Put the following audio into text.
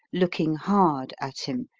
looking hard at him,